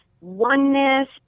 oneness